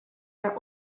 are